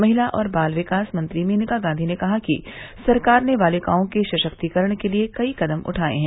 महिला और बाल विकास मंत्री मेनका गांधी ने कहा कि सरकार ने बालिकाओं के सशक्तिकरण के लिए कई कदम उठाये हैं